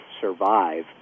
survive